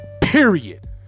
Period